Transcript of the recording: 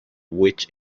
which